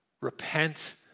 Repent